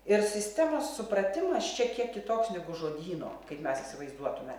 ir sistemos supratimas čia kiek kitoks negu žodyno kaip mes įsivaizduotume